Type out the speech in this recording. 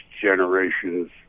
generation's